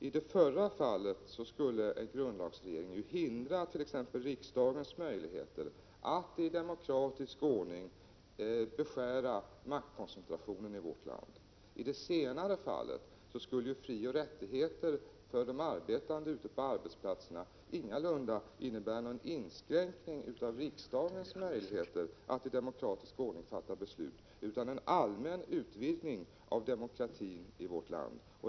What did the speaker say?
I det förra fallet skulle en grundlagsreglering hindra t.ex. riksdagens möjligheter att i demokratisk ordning beskära maktkoncentrationen i vårt land. I det senare fallet skulle frioch rättigheter för de arbetande ute på arbetsplatserna ingalunda innebära någon inskränkning av riksdagens möjligheter att i demokratisk ordning fatta beslut utan innebära en allmän utvidgning av demokratin i vårt land.